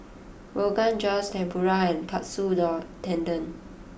Rogan Josh Tempura Katsu Tendon